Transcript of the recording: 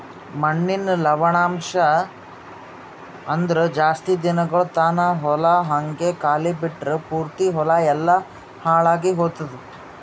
ಮಣ್ಣಿನ ಲವಣಾಂಶ ಅಂದುರ್ ಜಾಸ್ತಿ ದಿನಗೊಳ್ ತಾನ ಹೊಲ ಹಂಗೆ ಖಾಲಿ ಬಿಟ್ಟುರ್ ಪೂರ್ತಿ ಹೊಲ ಎಲ್ಲಾ ಹಾಳಾಗಿ ಹೊತ್ತುದ್